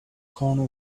corner